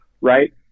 right